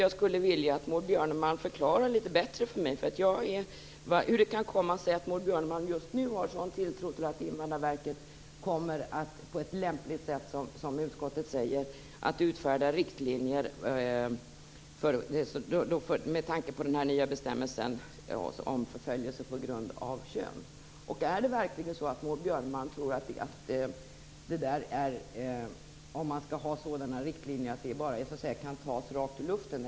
Jag skulle vilja att Maud Björnemalm förklarar litet bättre för mig hur det kan komma sig att Maud Björnemalm just nu har en sådan tilltro till att Invandrarverket på ett lämpligt sätt, som utskottet säger, kommer att utfärda riktlinjer med tanke på den nya bestämmelsen om förföljelse på grund av kön. Tror verkligen Maud Björnemalm att om man skall ha sådana riktlinjer så kan de tas rakt ur luften?